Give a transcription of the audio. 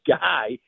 guy –